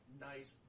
nice